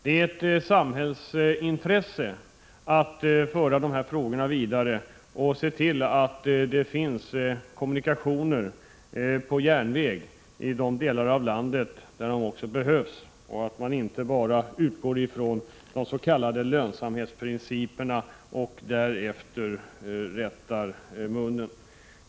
Det är ett samhällsintresse att föra dessa frågor vidare och se till att det finns kommunikationer på järnväg ide = Prot. 1986/87:113 delar av landet där sådana behövs och att man inte bara utgår ifrån de s.k. 29 april 1987 lönsamhetsprinciperna och rättar sig därefter.